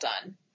done